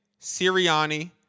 Sirianni